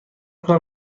کنم